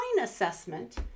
assessment